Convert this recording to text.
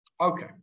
Okay